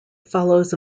follows